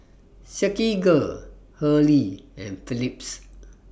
Silkygirl Hurley and Phillips